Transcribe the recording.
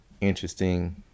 interesting